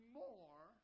more